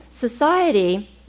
society